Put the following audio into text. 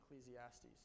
Ecclesiastes